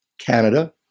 Canada